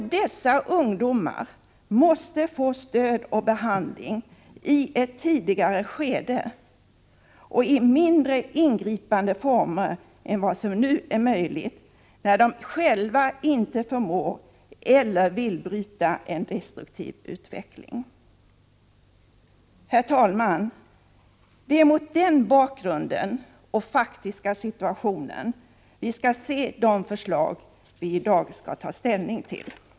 Dessa ungdomar måste få stöd och behandling i ett tidigare skede och i mindre ingripande former än vad som nu är möjligt när de själva inte förmår eller vill bryta en destruktiv utveckling. Herr talman! Det är mot denna bakgrund och faktiska situation som vi skall se de förslag vi i dag skall ta ställning till.